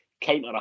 counter